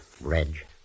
Reg